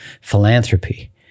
philanthropy